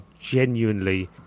genuinely